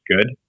good